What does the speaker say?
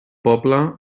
poble